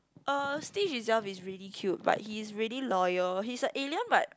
uh Stitch itself is really cute but he is really loyal he is a alien but